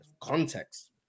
Context